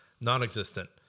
non-existent